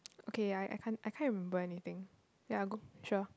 okay I I can't I can't remember anything ya go sure